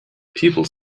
people